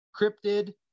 cryptid